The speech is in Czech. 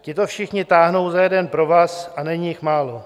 Tito všichni táhnou za jeden provaz, a není jich málo.